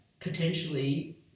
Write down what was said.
potentially